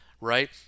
right